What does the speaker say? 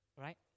right